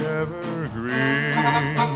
evergreen